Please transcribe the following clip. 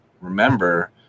remember